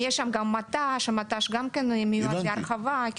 יש שם מט"ש וגם הוא מיועד להרחבה.